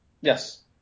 Yes